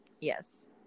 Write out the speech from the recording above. Yes